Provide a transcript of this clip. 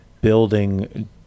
building